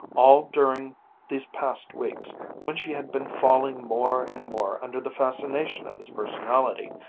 all during these past weeks when she had been falling more and more under the fascination of his personality,